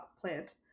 plant